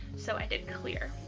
so i did clear.